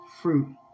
fruit